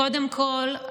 קודם כול,